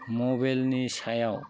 मबाइलनि सायाव